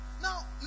Now